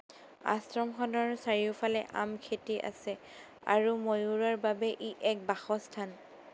আশ্ৰমখনৰ চাৰিওফালে আম খেতি আছে আৰু ময়ূৰৰ বাবে ই এক বাসস্থান